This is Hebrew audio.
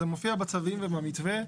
זה מופיע בצווים ובמתווה.